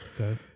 okay